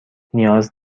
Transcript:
نیاز